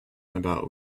about